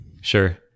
Sure